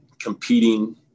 competing